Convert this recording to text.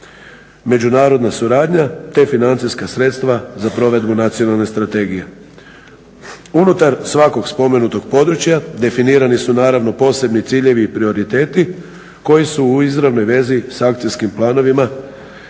međunarodna suradnja te financijska sredstva za provedbu nacionalne strategije. Unutar svakog spomenutog područja definirani su naravno posebni ciljevi i prioriteti koji su u izravnoj vezi sa akcijskim planovima